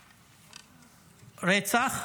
רצח,